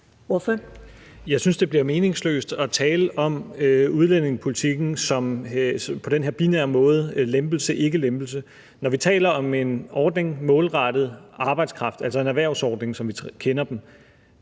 (S): Jeg synes, det bliver meningsløst at tale om udlændingepolitikken på den her binære måde; lempelse eller ikke lempelse. Når vi taler om en ordning målrettet arbejdskraft, altså en erhvervsordning, som vi kender dem,